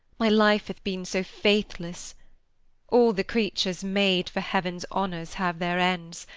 my life hath been so faithless all the creatures made for heavens honours have their ends,